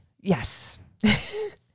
Yes